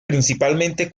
principalmente